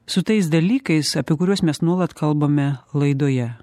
su tais dalykais apie kuriuos mes nuolat kalbame laidoje